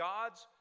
God's